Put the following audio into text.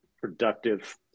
productive